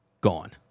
gone